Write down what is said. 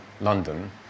London